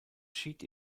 schied